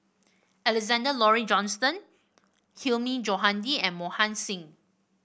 Alexander Laurie Johnston Hilmi Johandi and Mohan Singh